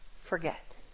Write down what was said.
forget